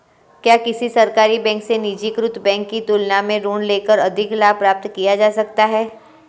क्या किसी सरकारी बैंक से निजीकृत बैंक की तुलना में ऋण लेकर अधिक लाभ प्राप्त किया जा सकता है?